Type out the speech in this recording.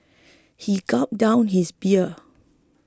he gulped down his beer